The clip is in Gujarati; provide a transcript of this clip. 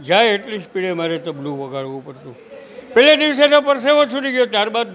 જાય એટલી સ્પીડે મારે તબલું વગાડવું પડતું પહેલે દિવસે તો પરસેવો છૂટી ગયો ત્યારબાદ